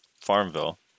Farmville